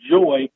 joy